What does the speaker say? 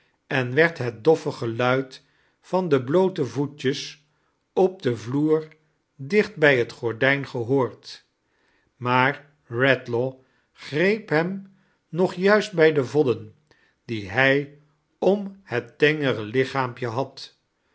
en werd het doffe geluid van de bloote voetjes op den vloer dichtbij het gordijn gehoord jnaar eedlaw greep hem nog juist bij de vodden die hij om het tengere lichaampje had